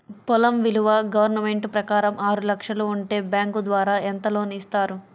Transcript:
పొలం విలువ గవర్నమెంట్ ప్రకారం ఆరు లక్షలు ఉంటే బ్యాంకు ద్వారా ఎంత లోన్ ఇస్తారు?